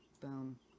boom